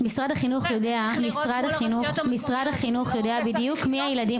משרד החינוך יודע בדיוק מי הילדים